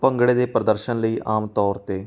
ਭੰਗੜੇ ਦੇ ਪ੍ਰਦਰਸ਼ਨ ਲਈ ਆਮ ਤੌਰ 'ਤੇ